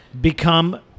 become